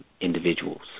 individuals